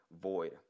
void